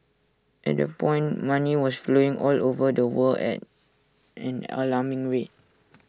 at that point money was flowing all over the world at an alarming rate